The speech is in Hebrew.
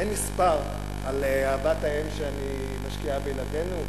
אין מספר על אהבת האם שאני משקיעה בילדינו,